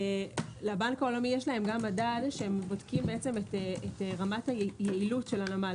לבנק העולמי יש מדד שהם בודקים את רמת היעילות של הנמל,